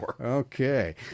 okay